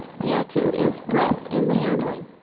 here, too, is breadth in the handling.